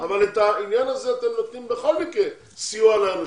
אבל בעניין הזה אתם נותנים בכל מקרה סיוע לאנשים.